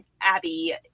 Abby